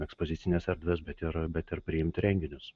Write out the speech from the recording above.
ekspozicines erdves bet ir bet ir priimti renginius